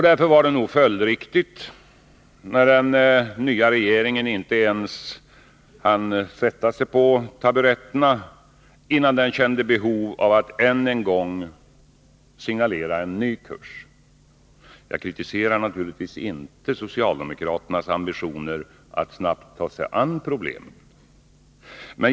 Därför var det nog följdriktigt att den nya regeringen inte ens hann sätta sig på taburetterna innan den kände behov av att än en gång signalera en ny kurs. Jag kritiserar naturligtvis inte socialdemokraternas ambitioner att snabbt ta sig an problemen.